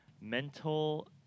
mental